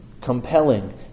compelling